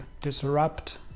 disrupt